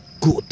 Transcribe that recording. good